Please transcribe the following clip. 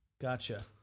Gotcha